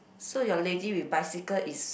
so your lady with bicycle is